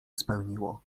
spełniło